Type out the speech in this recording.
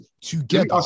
together